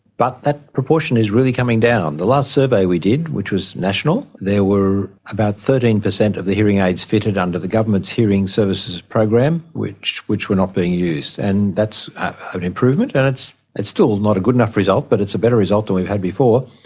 but that proportion is really coming down. the last survey we did, which was national, there were about thirteen percent of the hearing aids fitted under the government's hearing services program which which were not being used. and that's an improvement, and it's it's still not a good enough result but it's a better result than we've had before.